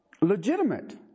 legitimate